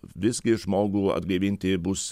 visgi žmogų atgaivinti bus